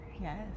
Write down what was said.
Yes